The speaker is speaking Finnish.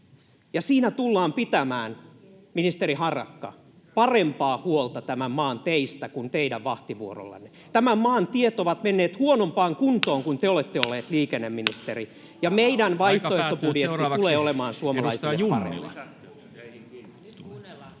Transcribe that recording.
siinä tullaan pitämään, ministeri Harakka, parempaa huolta tämän maan teistä kuin teidän vahtivuorollanne. Tämän maan tiet ovat menneet huonompaan kuntoon, kun te olette ollut liikenneministeri. Ja meidän